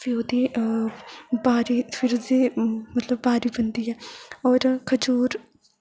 फ्ही ओह्दी बारी फिर उस्सी मतलब बारी बनदी ऐ और खजूर